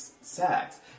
sex